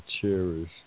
cherish